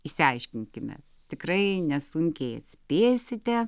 išsiaiškinkime tikrai nesunkiai atspėsite